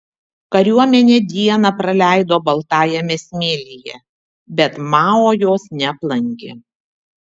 kariuomenė dieną praleido baltajame smėlyje bet mao jos neaplankė